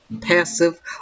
passive